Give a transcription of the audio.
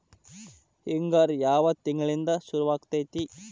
ಹಿಂಗಾರು ಯಾವ ತಿಂಗಳಿನಿಂದ ಶುರುವಾಗತೈತಿ?